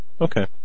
okay